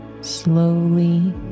Slowly